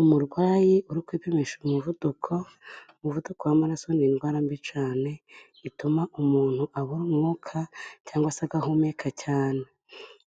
Umurwayi uri kwipimisha umuvuduko, umuvuduko w'amaraso ni indwara mbi cyane ituma umuntu abura umwuka cyangwa se agahumeka cyane,